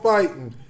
Fighting